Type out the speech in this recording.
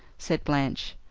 said blanche.